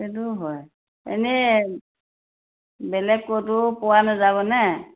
সেইটোও হয় এনেই বেলেগ ক'তো পোৱা নেযাবনে